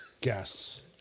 guests